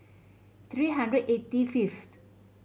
three hundred eighty fifth